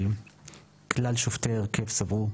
כלל שופטי ההרכב סברו,